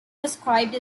described